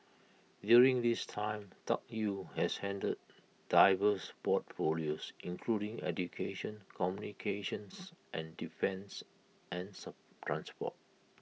during this time Tuck Yew has handled diverse portfolios including education communications and defence and some transport